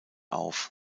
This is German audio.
auf